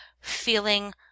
feeling